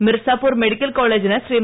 Mirzapur medical കോളേജിന് ശ്രീ